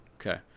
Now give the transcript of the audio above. Okay